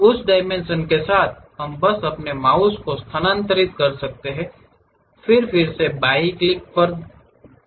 उस डायमेंशन के साथ हम बस अपने माउस को स्थानांतरित कर सकते हैं फिर फिर से बाएं क्लिक पर दे सकते हैं